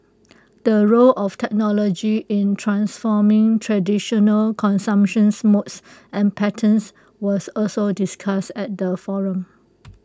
the role of technology in transforming traditional consumptions modes and patterns was also discussed at the forum